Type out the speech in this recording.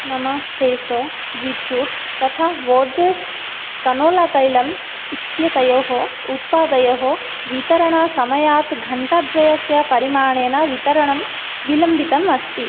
मम Fresho beetroot तथा Borges canola तैलम् इत्येतयोः उत्पादयोः वितरणसमयात् घण्टाद्वयस्य परिमाणेन वितरणं विलम्बितम् अस्ति